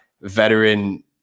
veteran